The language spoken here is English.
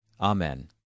Amen